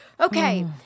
Okay